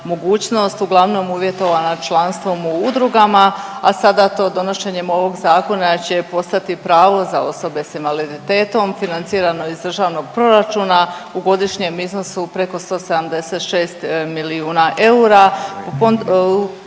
uglavnom uvjetovana članstvom u udrugama, a sada to donošenjem ovog Zakona će postati pravo za osobe s invaliditetom financirano iz državnog proračuna u godišnjem iznosu preko 176 milijuna eura. U upravo